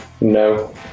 No